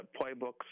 playbooks